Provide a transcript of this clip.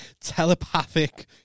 telepathic